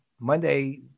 Monday